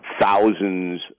thousands